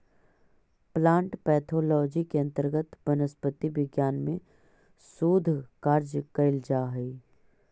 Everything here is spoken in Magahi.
प्लांट पैथोलॉजी के अंतर्गत वनस्पति विज्ञान में शोध कार्य कैल जा हइ